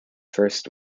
first